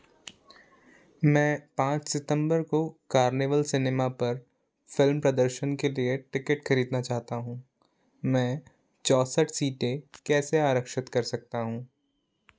मैं पाँच सितंबर को कार्निवल सिनेमा पर फ़िल्म प्रदर्शन के लिए टिकट खरीदना चाहता हूँ मैं चौंसठ सीटें कैसे आरक्षित कर सकता हूँ